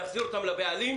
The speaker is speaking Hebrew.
להחזיר אותן לבעלים.